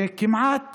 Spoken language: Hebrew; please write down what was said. וכמעט